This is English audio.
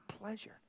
pleasure